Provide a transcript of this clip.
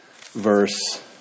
verse